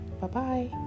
Bye-bye